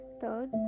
third